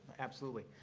absolutely.